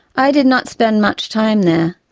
i did not spend much time there,